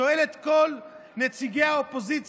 שואל את כל נציגי הקואליציה,